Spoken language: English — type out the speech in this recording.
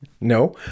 no